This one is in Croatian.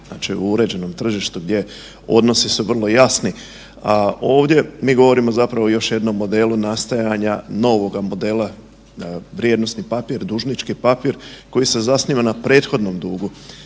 u uređenom tržištu gdje odnosi su vrlo jasni. A ovdje mi govorimo zapravo o još jednom modelu nastajanja novoga modela prijenosni papir, dužnički papir koji se zasniva na prethodnom dugu.